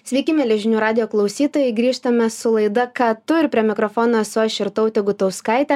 sveiki mieli žinių radijo klausytojai grįžtame su laida ką tu ir prie mikrofono esu aš ir jurtautė gutauskaitė